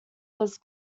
was